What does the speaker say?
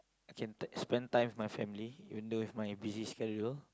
I can t~ spend time with my family even though with my busy schedule